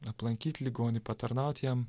aplankyt ligonį patarnaut jam